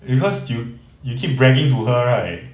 because you you keep bragging to her right